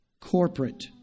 corporate